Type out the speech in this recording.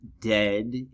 dead